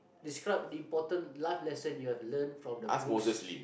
describe the important life lesson you have learned from the books